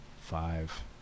five